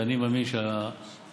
ואני מאמין שהדבר